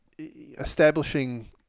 establishing